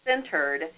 centered